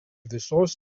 visos